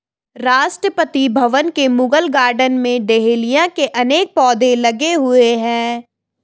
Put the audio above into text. राष्ट्रपति भवन के मुगल गार्डन में डहेलिया के अनेक पौधे लगे हुए हैं